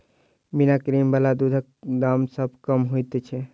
बिना क्रीम बला दूधक दाम सभ सॅ कम होइत छै